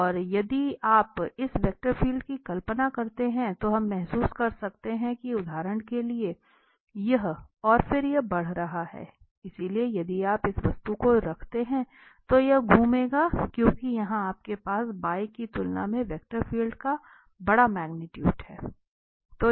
और यदि आप इस वेक्टर क्षेत्र की कल्पना करते हैं तो हम महसूस कर सकते हैं कि उदाहरण के लिए यह और फिर यह बढ़ रहा है इसलिए यदि आप इस वस्तु को रखते हैं तो यह घूमेगा क्योंकि यहां आपके पास बाएं की तुलना में वेक्टर क्षेत्र का बड़ा मैग्नीट्यूट है